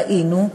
ראינו,